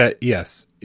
Yes